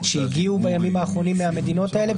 שהגיעו בימים האחרונים מהמדינות האלה,